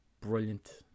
brilliant